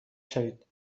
شوید